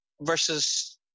versus